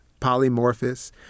polymorphous